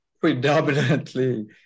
predominantly